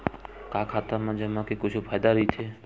का खाता मा जमा के कुछु फ़ायदा राइथे?